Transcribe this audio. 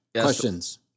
Questions